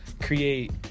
create